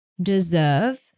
deserve